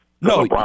No